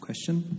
Question